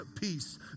peace